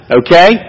okay